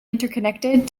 interconnected